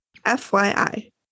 FYI